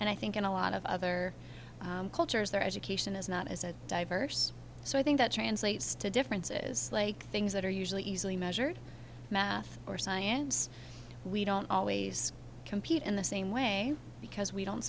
and i think in a lot of other cultures their education is not as a diverse so i think that translates to differences like things that are usually easily measured math or science we don't always compete in the same way because we don't